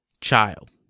child